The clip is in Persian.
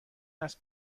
است